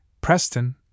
Preston